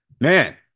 man